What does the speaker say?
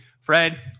Fred